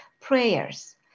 prayers